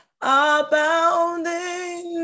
abounding